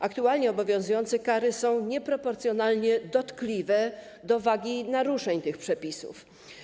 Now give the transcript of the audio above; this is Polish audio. Aktualnie obowiązujące kary są nieproporcjonalnie dotkliwe w stosunku do wagi naruszeń tych przepisów.